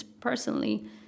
personally